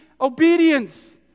obedience